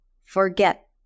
forget